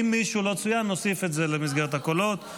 אם מישהו לא צוין, נוסיף את זה למסגרת הקולות.